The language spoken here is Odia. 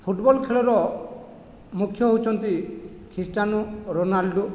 ଫୁଟବଲ ଖେଳର ମୁଖ୍ୟ ହେଉଛନ୍ତି ଖ୍ରୀଷ୍ଟାନୁ ରୋନାଲଡ଼ୁ